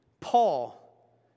Paul